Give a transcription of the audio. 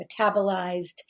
metabolized